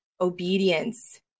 obedience